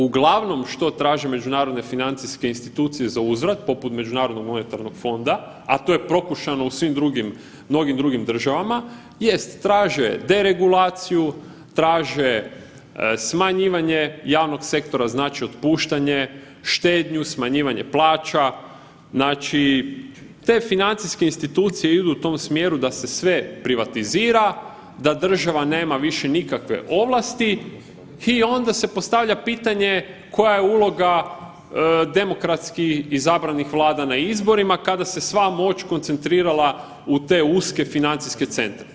Uglavnom što traže međunarodne financijske institucije za uzvrat poput Međunarodnog monetarnog fonda, a to je prokušana u svim drugim, mnogim drugim državama jest traže deregulaciju, traže smanjivanje javnog sektora, znači otpuštanje, štednju, smanjivanje plaća znači te financijske institucije idu u tom smjeru da se sve privatizira, da država nema više nikakve ovlasti i onda se postavlja pitanje koja je uloga demokratski izabranih vlada na izborima kada se sva moć koncentrirala u te uske financijske centre.